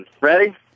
ready